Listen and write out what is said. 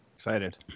Excited